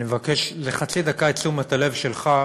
אני מבקש לחצי דקה את תשומת הלב שלך,